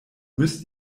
müsst